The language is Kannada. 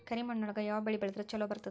ಕರಿಮಣ್ಣೊಳಗ ಯಾವ ಬೆಳಿ ಬೆಳದ್ರ ಛಲೋ ಬರ್ತದ?